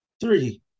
three